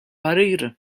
parir